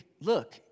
look